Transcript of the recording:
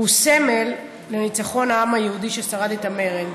והוא סמל לניצחון העם היהודי ששרד במרד.